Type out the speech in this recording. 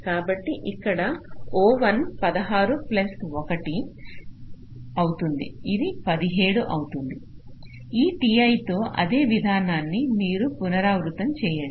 కాబట్టి ఇక్కడ O1 16 plus 1 అవుతుంది ఇది 17 అవుతుంది ఈ t i తో ఇదే విధానాన్ని మీరు పునరావృతం చేయండి